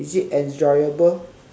is it enjoyable